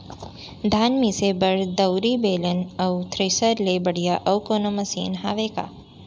धान मिसे बर दउरी, बेलन अऊ थ्रेसर ले बढ़िया अऊ कोनो मशीन हावे का?